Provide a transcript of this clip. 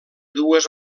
dues